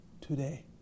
today